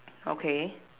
okay